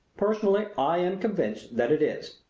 personally, i am convinced that it is.